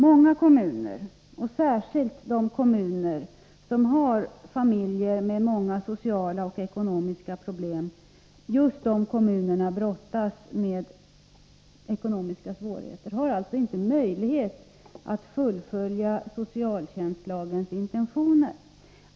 Många kommuner, särskilt de som har många familjer med ekonomiska och sociala problem, brottas med ekonomiska svårigheter och har inte möjlighet att fullfölja socialtjänstlagens intentioner.